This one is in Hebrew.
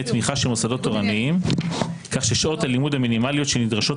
תמיכה של מוסדות תורניים כך ששעות הלימוד המינימליות שנדרשות